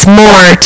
more